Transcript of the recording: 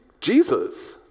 Jesus